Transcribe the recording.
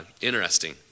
interesting